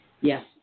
Yes